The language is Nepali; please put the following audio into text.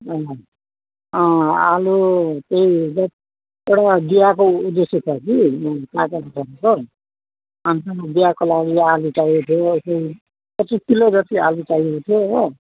अँ अँ आलु त्यही एउटा बिहाको उ जस्तो छ कि काकाको छोराको अन्त नि बिहाको लागि आलु चाहिएको थियो यसो पच्चिस किलो जति आलु चाहिएको थियो हो